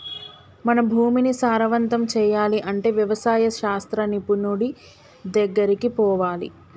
మన భూమిని సారవంతం చేయాలి అంటే వ్యవసాయ శాస్త్ర నిపుణుడి దెగ్గరికి పోవాలి